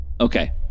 Okay